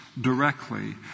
Directly